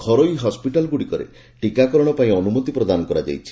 ଘରୋଇ ହସ୍ସିଟାଲ ଗୁଡ଼ିକରେ ଟିକାକରଣ ପାଇଁ ଅନୁମତି ପ୍ରଦାନ କରାଯାଇଛି